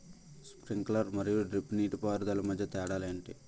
Sprinkler మరియు drip నీటిపారుదల మధ్య తేడాలు ఏంటి?